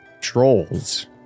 trolls